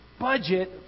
Budget